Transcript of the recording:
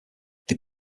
they